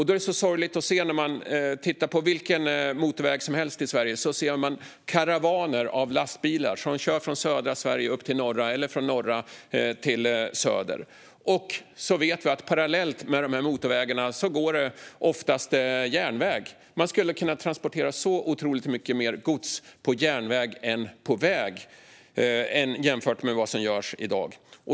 Då är det så sorgligt att se karavaner av lastbilar som kör från södra till norra Sverige eller från norr till söder på vilken motorväg som helst i Sverige. Vi vet ju att parallellt med dessa motorvägar går det oftast järnväg. Man skulle kunna transportera så otroligt mycket mer gods på järnväg än på väg jämfört med vad som görs i dag.